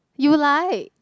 you like